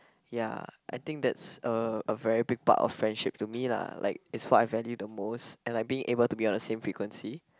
ya I think that's a a very big part of friendship to me lah like it's what I value the most and like being able to be on the same frequency